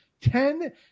Ten